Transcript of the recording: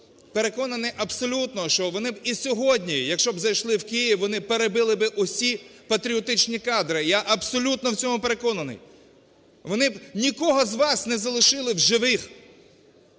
я переконаний абсолютно, що вони і сьогодні, якщо б зайшли в Київ, вони перебили б усі патріотичні кадри, я абсолютно в цьому переконаний! Вони нікого з вас не залишили б в живих.